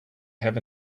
have